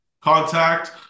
Contact